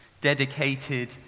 dedicated